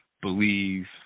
believe